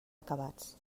acabats